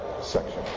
section